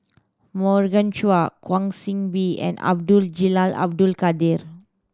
Morgan Chua Kwa Soon Bee and Abdul Jalil Abdul Kadir